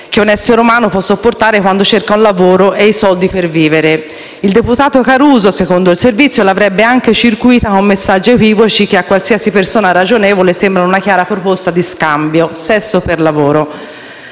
che un essere umano può sopportare quando cerca un lavoro e i soldi per vivere. Il deputato Caruso, secondo il servizio, l'avrebbe anche circuita con messaggi equivoci, che a qualsiasi persona ragionevole sembrano una chiara proposta di scambio: sesso per lavoro.